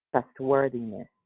trustworthiness